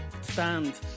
stand